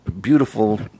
Beautiful